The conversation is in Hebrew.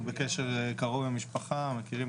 אנחנו בקשר קרוב עם המשפחה, מכירים.